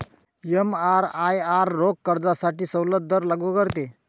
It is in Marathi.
एमआरआयआर रोख कर्जासाठी सवलत दर लागू करते